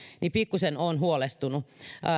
niin pikkuisen olen huolestunut